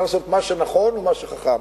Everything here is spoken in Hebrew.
צריך לעשות מה שנכון ומה שחכם.